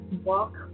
walk